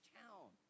town